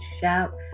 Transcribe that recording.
shout